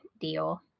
deal